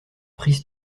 prise